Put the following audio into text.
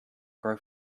grow